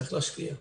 צריך להשקיע.